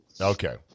Okay